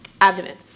abdomen